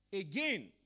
again